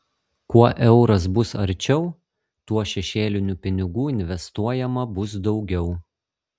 kuo euras bus arčiau tuo šešėlinių pinigų investuojama bus daugiau